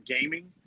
gaming